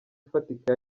ifatika